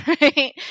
right